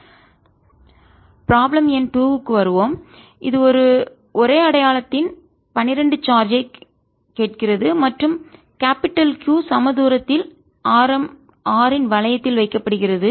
F14π0Qqa2y232 problem எண் 2 க்கு வருவோம் இது ஒரே அடையாளத்தின் 12 சார்ஜ் ஐ கேட்கிறது மற்றும் கேபிடல் பெரிய Q சம தூரத்தில் ஆரம் R இன் வளையத்தில் வைக்கப்படுகிறது